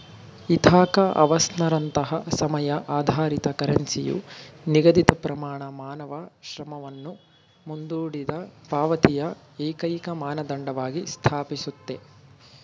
Ithaca ಅವರ್ಸ್ನಂತಹ ಸಮಯ ಆಧಾರಿತ ಕರೆನ್ಸಿಯು ನಿಗದಿತಪ್ರಮಾಣ ಮಾನವ ಶ್ರಮವನ್ನು ಮುಂದೂಡಿದಪಾವತಿಯ ಏಕೈಕಮಾನದಂಡವಾಗಿ ಸ್ಥಾಪಿಸುತ್ತೆ